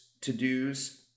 to-dos